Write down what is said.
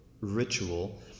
ritual